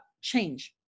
change